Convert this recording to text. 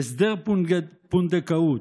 "הסדר פונדקאות"